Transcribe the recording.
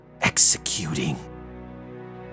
Executing